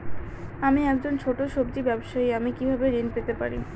আমি একজন ছোট সব্জি ব্যবসায়ী আমি কিভাবে ঋণ পেতে পারি?